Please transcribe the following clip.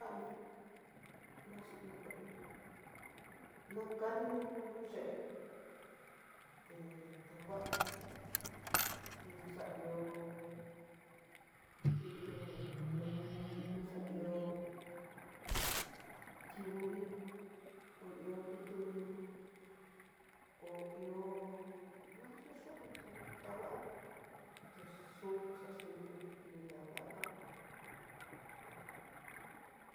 Nanu xaxuhió nguano nakadino nuyé, te tanguano no xaihó itu, perdon no xaihó tiuni hó ihó tutu ñoo ho ihó naxho xhió xandu tanguano tuxuku xaxhinió nida naka ujun.